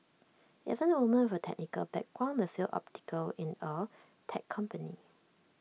even women with technical background may feel atypical in A tech company